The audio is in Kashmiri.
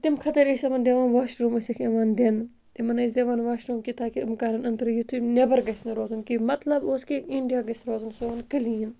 تَمہِ خٲطرٕ ٲسۍ یِمَن دِوان واشروٗم ٲسِکھ یِوان دِنہٕ یِمَن ٲسۍ دِوان واشروٗم کینٛہہ تاکہِ یِم کَرَن أنٛدرٕ یِتھ یہِ نیٚبَر گَژھِ نہٕ روزُن کینٛہہ مطلب اوس کہِ اِنڈیا گژھِ روزُن سون کٕلیٖن